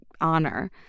honor